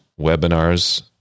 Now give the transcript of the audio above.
webinars